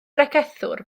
bregethwr